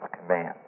command